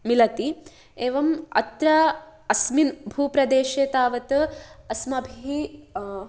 मिलति एवम् अत्र अस्मिन् भूप्रदेशे तावत् अस्माभिः